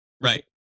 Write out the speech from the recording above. right